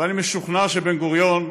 ואני משוכנע שבן גוריון,